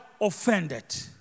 offended